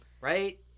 right